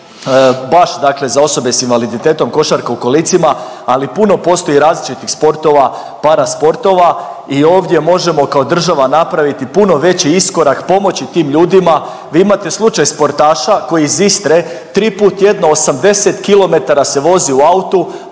baš, dakle za osobe sa invaliditetom, košarke u kolicima. Ali puno postoji različitih sportova, parasportova i ovdje možemo kao država napraviti puno veći iskorak, pomoći tim ljudima. Vi imate slučaj sportaša koji tri puta tjedno 80 km se vozi u autu.